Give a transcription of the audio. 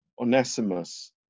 Onesimus